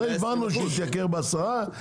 הבנו שהתייקר ב-10%,